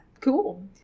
Cool